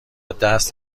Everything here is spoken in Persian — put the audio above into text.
دست